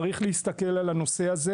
צריך להסתכל על הנושא הזה.